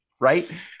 right